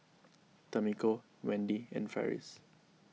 Tamiko Wendy and Farris